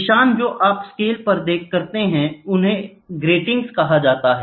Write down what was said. निशान जो आप स्केल पर करते हैं उसे ग्रीटिंग कहा जाता है